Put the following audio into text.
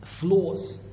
Flaws